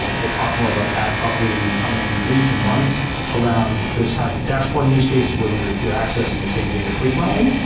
we'll we'll talk more about that probably in the coming weeks and months around those kinds of dashboarding use cases where you're you're accessing the same data frequently.